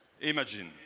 Imagine